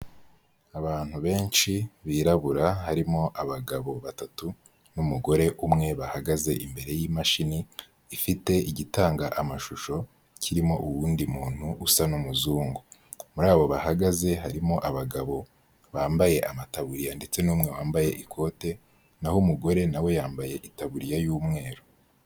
Abantu benshi birabura harimo abagabo batatu n'umugore umwe bahagaze imbere y'imashini ifite igitanga amashusho kirimo uwundi muntu usa n'umuzungu, muri abo bahagaze harimo abagabo bambaye amataburiya ndetse n'umwe wambaye ikote, naho umugore na we yambaye itaburiya y'umweru.